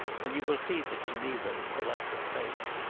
and you will see that geneva is the likely place.